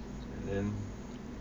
and then